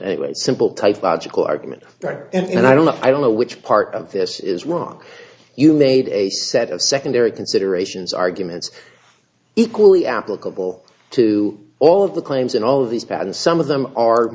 a simple type logical argument and i don't know i don't know which part of this is wrong you made a set of secondary considerations arguments equally applicable to all of the claims in all of these patents some of them are